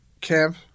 camp